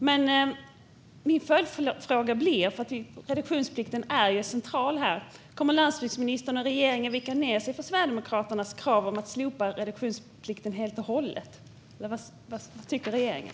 Men reduktionsplikten är central, och min följdfråga blir: Kommer landsbygdsministern och regeringen att vika ned sig för Sverigedemokraternas krav om att slopa reduktionsplikten helt och hållet, eller vad tycker regeringen?